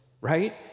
right